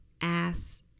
ass